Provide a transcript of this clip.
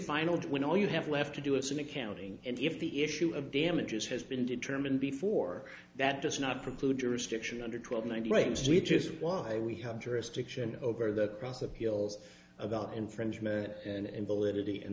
final when all you have left to do is an accounting and if the issue of damages has been determined before that does not preclude jurisdiction under twelve ninety range which is why we have jurisdiction over the cross appeals about infringement and validity and the